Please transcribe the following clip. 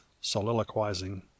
soliloquizing